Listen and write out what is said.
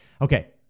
Okay